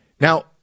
Now